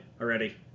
already